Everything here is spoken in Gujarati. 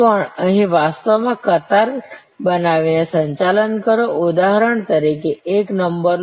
પણ અહીં વાસ્તવમાં કતાર બનાવીને સંચાલન કરો ઉદાહરણ તરીકે એક નંબર લો